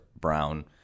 Brown